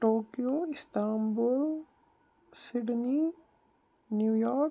Tokyo Istanbul Sydney New York